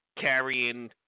Carrying